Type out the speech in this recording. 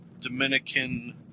Dominican